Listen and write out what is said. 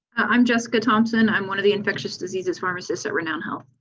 i'm jessica thompson. i'm one of the infectious diseases pharmacist at renown health.